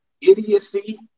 idiocy